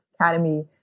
Academy